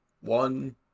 one